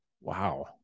Wow